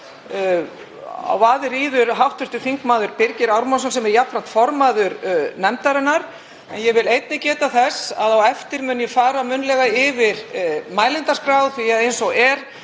á vaðið ríður hv. þm. Birgir Ármannsson sem er jafnframt formaður nefndarinnar. Ég vil einnig geta þess að á eftir mun ég fara munnlega yfir mælendaskrá því að eins og er